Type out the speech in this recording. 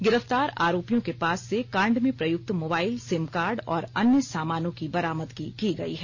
गिरफ्तार आरोपियों के पास से कांड में प्रयूक्त मोबाइल सिम कार्ड और अन्य सामानों की बरामदगी की गई है